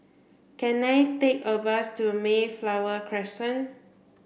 can I take a bus to Mayflower Crescent